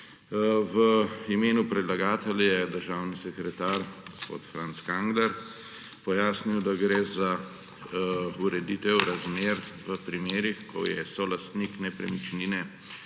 V imenu predlagatelja je državni sekretar gospod Franc Kangler pojasnil, da gre za ureditev razmer v primerih, ko je solastnik nepremičnine